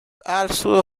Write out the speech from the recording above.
also